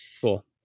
Cool